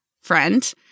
friend